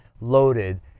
loaded